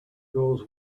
goes